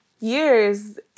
years